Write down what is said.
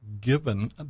given